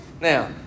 Now